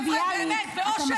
הוא ביאליק מהיום.